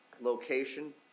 location